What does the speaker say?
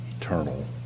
eternal